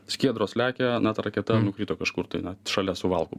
skiedros lekia nato raketa nukrito kažkur tai na šalia suvalkų